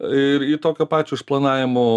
ir į tokio pačio išplanavimo